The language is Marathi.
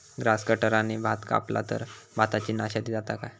ग्रास कटराने भात कपला तर भाताची नाशादी जाता काय?